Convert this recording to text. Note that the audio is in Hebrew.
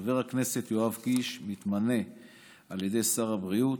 חבר הכנסת יואב קיש מתמנה על ידי שר הבריאות,